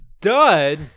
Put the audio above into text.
Dud